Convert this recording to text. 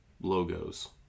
logos